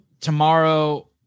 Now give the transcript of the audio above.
tomorrow